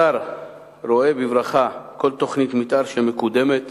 השר רואה בברכה כל תוכנית מיתאר שמקודמת